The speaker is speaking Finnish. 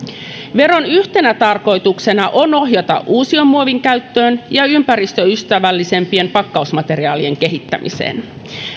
veron yhtenä tarkoituksena on ohjata uusiomuovin käyttöön ja ympäristöystävällisempien pakkausmateriaalien kehittämiseen